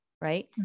right